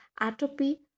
atopy